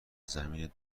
زمین